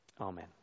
Amen